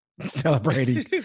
celebrating